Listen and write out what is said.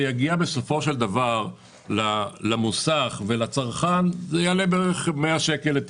בסופו של דבר למוסך ולצרכן והטיפול יעלה 100 שקל.